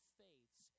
faiths